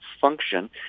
function